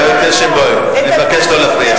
חברת הכנסת קירשנבאום, אני מבקש לא להפריע.